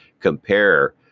compare